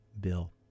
bill